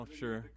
sure